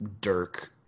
Dirk